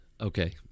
Okay